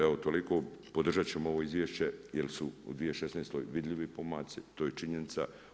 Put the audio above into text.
Evo toliko, podržati ćemo ovo izvješće, jer su u 2016. vidljivi pomaci, to je činjenica.